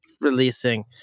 releasing